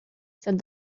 said